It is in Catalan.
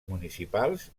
municipals